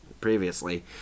previously